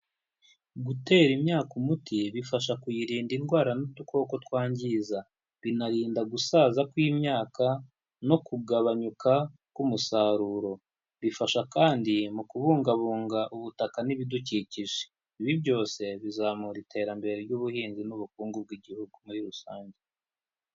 Gutera imyaka umuti bifasha kuyirinda indwara n'udukoko twangiza, binarinda gusaza kw'imyaka no kugabanyuka k'umusaruro ,bifasha kandi mu kubungabunga ubutaka n'ibidukikije ,ibi byose bizamura iterambere ry'ubuhinzi n'ubukungu bw'igihugu muri rusange.